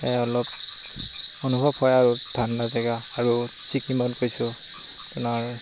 অলপ অনুভৱ হয় আৰু ঠাণ্ডা জেগা আৰু ছিকিমত গৈছোঁ আপোনাৰ